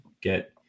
get